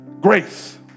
Grace